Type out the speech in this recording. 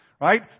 right